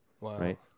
right